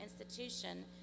institution